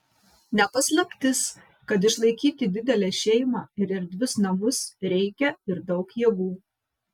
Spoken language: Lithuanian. ne paslaptis kad išlaikyti didelę šeimą ir erdvius namus reikia ir daug jėgų